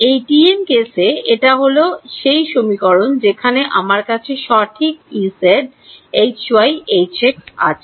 এই TM কেসে এটা হল এটা হল সেই সমীকরণ যেখানে আমার কাছে সঠিক Ez Hx Hy আছে